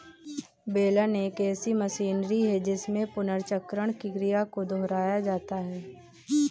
बेलन एक ऐसी मशीनरी है जिसमें पुनर्चक्रण की क्रिया को दोहराया जाता है